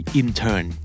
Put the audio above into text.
intern